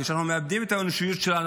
וכאשר אנחנו מאבדים את האנושיות שלנו,